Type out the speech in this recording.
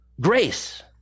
Grace